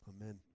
amen